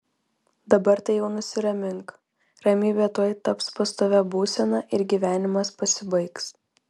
dabar tai jau nusiramink ramybė tuoj taps pastovia būsena ir gyvenimas pasibaigs